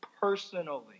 personally